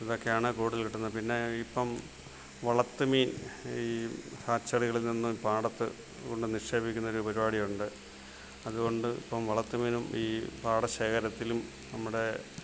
ഇതൊക്കെയാണ് കൂടുതൽ കിട്ടുന്നത് പിന്നേ ഇപ്പം വളർത്തു മീൻ ഈ ഫാക്ച്ചറികളിൽ നിന്നും പാടത്തു കൊണ്ട് നിക്ഷേപിക്കുന്ന ഒരു പരിപാടിയുണ്ട് അതുകൊണ്ട് ഇപ്പം വളർത്തു മീനും ഈ പാടശേഖരത്തിലും നമ്മുടെ